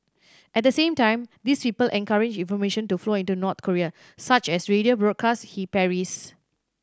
at the same time these people encourage information to flow into North Korea such as radio broadcasts he parries